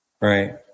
Right